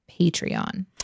Patreon